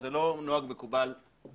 זה לא נוהג מקובל להשיב.